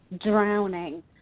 drowning